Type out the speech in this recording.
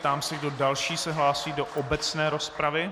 Ptám se, kdo další se hlásí do obecné rozpravy.